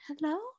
hello